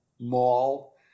mall